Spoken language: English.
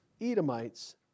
Edomites